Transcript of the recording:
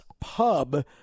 pub